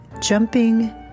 Jumping